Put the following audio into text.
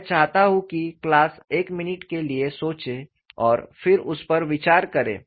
मैं चाहता हूं कि क्लास एक मिनट के लिए सोचें और फिर उस पर विचार करें